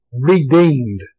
redeemed